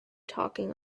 talking